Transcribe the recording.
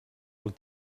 els